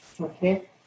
okay